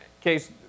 case